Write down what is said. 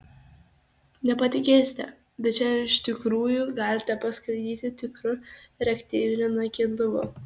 nepatikėsite bet šiandien iš tikrųjų galite paskraidyti tikru reaktyviniu naikintuvu